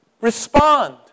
respond